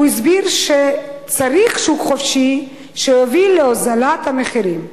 הוא הסביר שצריך שוק חופשי שיוביל להוזלת המחירים.